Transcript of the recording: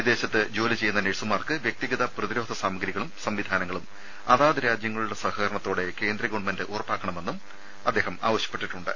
വിദേശത്ത് ജോലി ചെയ്യുന്ന നഴ്സുമാർക്ക് വ്യക്തിഗത പ്രതിരോധ സാമഗ്രികളും സംവിധാനങ്ങളും അതാത് രാജ്യങ്ങളുടെ സഹകരണത്തോടെ കേന്ദ്രഗവൺമെന്റ് ഉറപ്പാക്കണമെന്നും അദ്ദേഹം ആവശ്യപ്പെട്ടിട്ടുണ്ട്